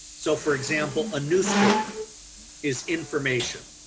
so, for example a newspaper is information,